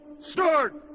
start